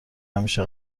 همیشه